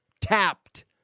tapped